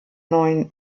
neun